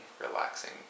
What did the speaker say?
relaxing